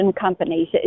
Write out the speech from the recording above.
companies